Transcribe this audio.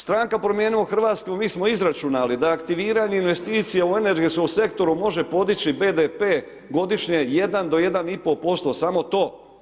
Stranka Promijenimo Hrvatsku, mi smo izračunali da aktiviranje investicija u energetskom sektoru može podići BDP godišnje 1 do 1,5% samo to.